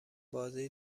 بازی